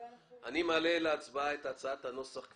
אני מעלה להצבעה את הצעת חוק התכנון והבנייה (תיקון - שומה מוסכמת),